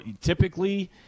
typically